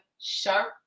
sharp